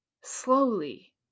slowly